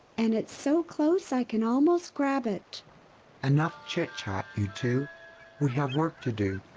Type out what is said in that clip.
and it's so close i can almost grab it enough chitchat, you two. we have work to do!